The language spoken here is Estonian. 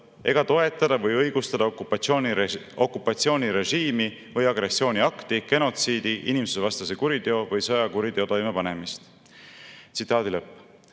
ega toetada või õigustada okupatsioonirežiimi või agressiooniakti, genotsiidi, inimsusevastase kuriteo või sõjakuriteo toimepanemist.""President